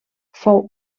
fou